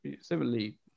similarly